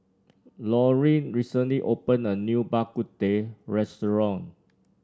Laurene recently opened a new Bak Kut Teh restaurant